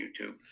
YouTube